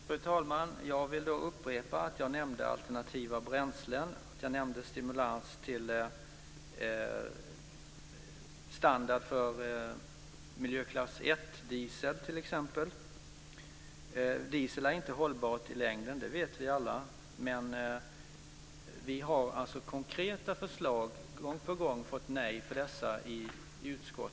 Fru talman! Jag vill upprepa att jag t.ex. nämnde alternativa bränslen och stimulans till miljöklass 1 som standard för diesel. Vi vet alla att dieseln inte är hållbar i längden, men vi har gång på gång fått nej i utskottet till konkreta förslag om stimulanser till alternativa bränslen.